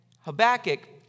Habakkuk